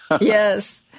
Yes